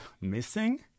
missing